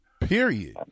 Period